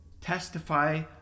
testify